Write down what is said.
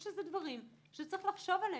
אלה דברים שצריך לחשוב עליהם.